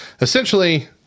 Essentially